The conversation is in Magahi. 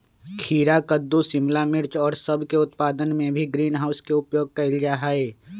खीरा कद्दू शिमला मिर्च और सब के उत्पादन में भी ग्रीन हाउस के उपयोग कइल जाहई